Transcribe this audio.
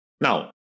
Now